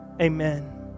Amen